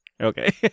okay